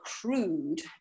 crude